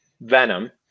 venom